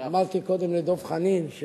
אמרתי קודם לדב חנין,